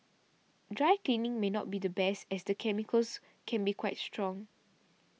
dry cleaning may not be the best as the chemicals can be quite strong